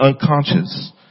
unconscious